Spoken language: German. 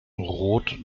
rot